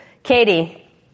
Katie